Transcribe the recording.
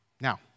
Now